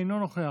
אינו נוכח,